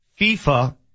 FIFA